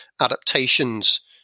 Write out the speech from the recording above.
adaptations